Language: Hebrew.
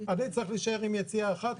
אני צריך להישאר עם יציאה אחת,